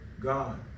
God